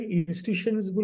institutions